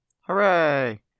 Hooray